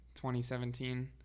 2017